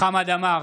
חמד עמאר,